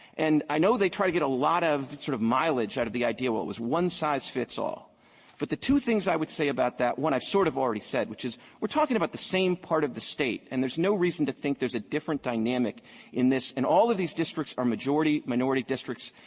and i know they try to get a lot of sort of mileage out of the idea of, well, it was one-size-fits-all. but the two things i would say about that what i sort of already said which is we're talking about the same part of the state, and there's no reason to think there's a different dynamic in this and all of these districts are majority-minority districts,